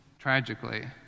Tragically